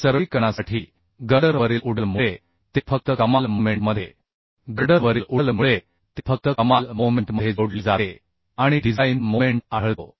सरळीकरणासाठी गर्डरवरील udl मुळे ते फक्त कमाल मोमेंटमध्ये जोडले जाते आणि डिझाइन मोमेंट आढळतो